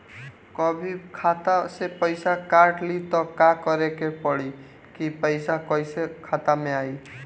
कभी खाता से पैसा काट लि त का करे के पड़ी कि पैसा कईसे खाता मे आई?